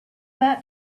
that